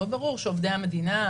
לא ברור שעובדי המדינה,